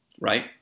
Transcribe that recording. right